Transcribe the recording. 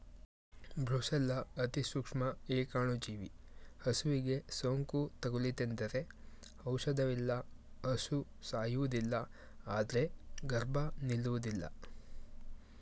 brucella ಅತಿಸೂಕ್ಷ್ಮ ಏಕಾಣುಜೀವಿ ಹಸುವಿಗೆ ಸೋಂಕು ತಗುಲಿತೆಂದರೆ ಔಷಧವಿಲ್ಲ ಹಸು ಸಾಯುವುದಿಲ್ಲ ಆದ್ರೆ ಗರ್ಭ ನಿಲ್ಲುವುದಿಲ್ಲ